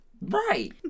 Right